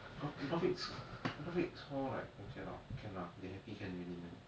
gra~ graphics graphics whore like okay lah can lah they happy can already man